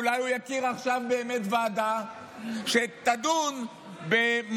אולי הוא יקים עכשיו באמת ועדה שתדון במורים